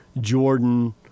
Jordan